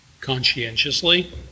Conscientiously